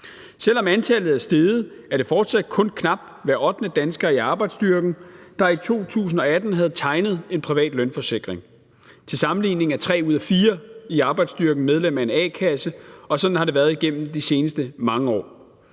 Selv om antallet er steget, er det fortsat kun knap hver ottende dansker i arbejdsstyrken, der i 2018 havde tegnet en privat lønforsikring. Til sammenligning er tre ud af fire i arbejdsstyrken medlem af en a-kasse, og sådan har det været igennem de seneste mange år.